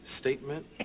statement